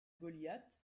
goliath